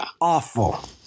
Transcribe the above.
awful